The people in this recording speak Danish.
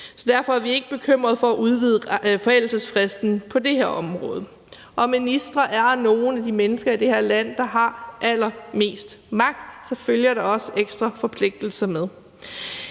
Derfor er vi ikke bekymrede for at udvide forældelsesfristen på det her område, og ministre er nogle af de mennesker i det her land, der har allermest magt, og så følger der også ekstra forpligtelser med.